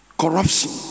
corruption